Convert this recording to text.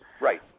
Right